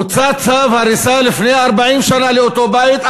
הוצא צו הריסה לפני 40 שנה לאותו בית,